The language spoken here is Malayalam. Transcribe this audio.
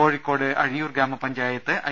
കോഴിക്കോട് അഴിയൂർ ഗ്രാമപഞ്ചായത്ത് ഐ